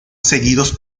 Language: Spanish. seguidos